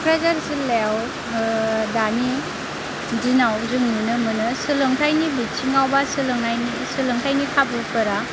कक्राझार जिल्लायाव दानि दिनाव जों नुनो मोनो सोलोंथायनि बिथिङाव बा सोलोंथायनि खाबुफोरा